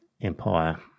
empire